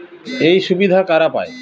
এই সুবিধা কারা পায়?